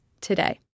today